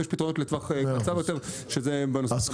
ויש פתרונות לטווח הקצר יותר שזה --- אז,